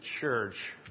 church